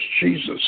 Jesus